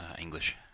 English